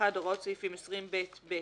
(1)הוראות סעיפים 20ב(ב),